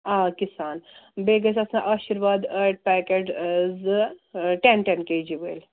آ کِسان بیٚیہِ گژھِ آسٕنۍ آشِرواد ٲٹۍ پیکٮ۪ٹ زٕ ٹٮ۪ن ٹٮ۪ن کے جی وٲلۍ